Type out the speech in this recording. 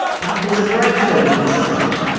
but there's a breakthrough on this front.